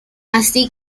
así